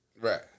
Right